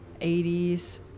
80s